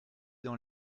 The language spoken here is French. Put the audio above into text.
dans